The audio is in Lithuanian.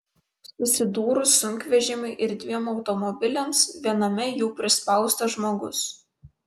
susidūrus sunkvežimiui ir dviem automobiliams viename jų prispaustas žmogus